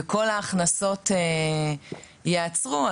וכל ההכנסות ייעצרו,